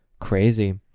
Crazy